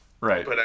Right